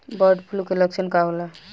Bird flu के लक्षण का होला?